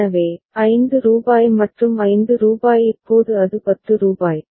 எனவே ரூபாய் 5 மற்றும் ரூபாய் 5 இப்போது அது 10 ரூபாய்